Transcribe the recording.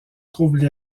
trouvent